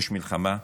יש מלחמה.